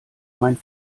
mein